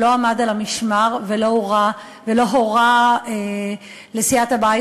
שלא עמד על המשמר ולא הורה לסיעת הבית